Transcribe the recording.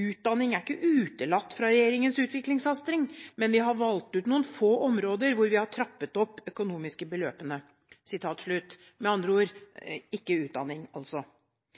«Utdanning er ikke utelatt fra Regjeringens utviklingssatsing, men vi har valgt ut noen få områder hvor vi har trappet opp de økonomiske beløpene.» Med andre ord – ikke utdanning.